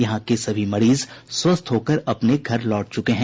यहां के सभी मरीज स्वस्थ होकर अपने घर लौट चुके हैं